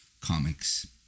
comics